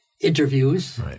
interviews